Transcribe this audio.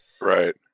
right